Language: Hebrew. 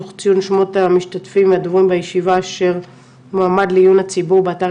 תוך ציון שמות המשתתפים והדוברים בישיבה אשר מועמד לעיון הציבור באתר